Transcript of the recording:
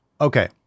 Okay